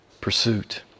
pursuit